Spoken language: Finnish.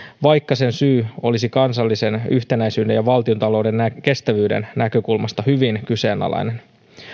vaikka sen syy olisi kansallisen yhtenäisyyden ja valtiontalouden kestävyyden näkökulmasta hyvin kyseenalainen